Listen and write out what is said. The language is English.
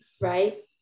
Right